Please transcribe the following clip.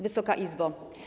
Wysoka Izbo!